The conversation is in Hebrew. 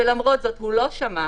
ולמרות זאת הוא לא שמע,